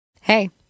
Hey